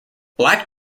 black